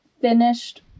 finished